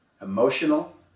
emotional